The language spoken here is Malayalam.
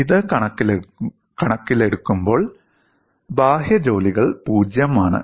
ഇത് കണക്കിലെടുക്കുമ്പോൾ ബാഹ്യ ജോലികൾ '0' ആണ്